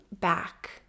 back